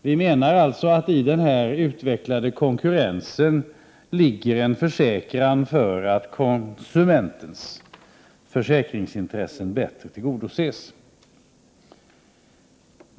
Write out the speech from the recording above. Vi menar att i den utvecklade konkurrensen ligger en försäkran för att konsumentens försäkringsintressen bättre tillgodoses.